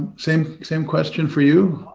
same same question for you,